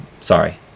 sorry